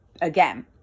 again